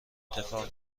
اتفاق